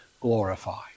glorify